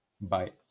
Bye